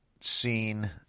seen